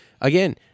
again